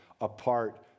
apart